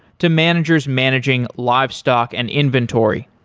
to managers managing livestock and inventory.